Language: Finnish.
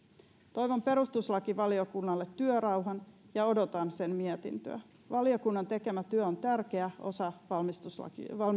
toivon perustuslakivaliokunnalle työrauhaa ja odotan sen mietintöä valiokunnan tekemä työ on tärkeä osa